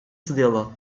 сделал